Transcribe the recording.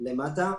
גם למטה.